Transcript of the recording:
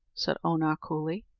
said oonagh coolly.